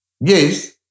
Yes